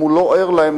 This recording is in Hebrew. אם הוא לא ער להן,